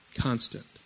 constant